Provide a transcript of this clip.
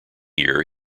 year